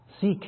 seek